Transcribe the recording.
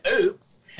oops